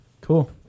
Cool